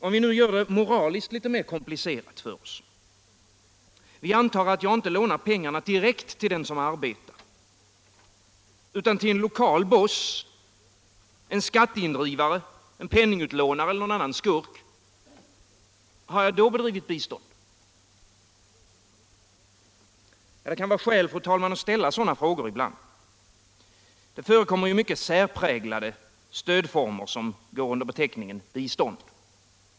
Om vi nu gör det moraliskt litet mer komplicerat för oss och antar att jag inte lånar pengarna direkt till den som arbetar utan till en lokal boss, en skatteindrivare, en penningutlånare eller någon annan skurk - har jag då bedrivit bistånd? Det kan vara skäl. fru talman, att ställa sådana frågor ibland. Det förekommer ju mycket särpräglade stödformer som går under beteckningen bistånd.